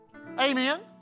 Amen